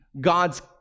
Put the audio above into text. God's